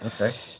Okay